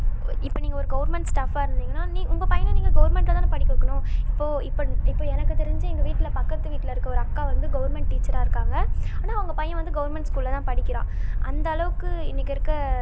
இப்போ நீங்கள் ஒரு கவர்மெண்ட் ஸ்டாஃபாக இருந்திங்கன்னா நீ உங்கள் பையனை நீங்கள் கவர்மெண்ட்லதானே படிக்க வைக்கணும் இப்போ இப்போ இப்போ எனக்கு தெரிஞ்சு எங்கள் வீட்டில் பக்கத்து வீட்டில் இருக்க ஒரு அக்கா வந்து கவர்மெண்ட் டீச்சராக இருக்காங்க ஆனால் அவங்க பையன் வந்து கவர்மெண்ட் ஸ்கூலில் தான் படிக்கிறான் அந்த அளவுக்கு இன்னைக்கு இருக்க